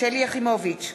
שלי יחימוביץ,